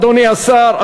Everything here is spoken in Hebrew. אדוני השר,